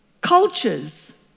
cultures